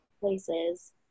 places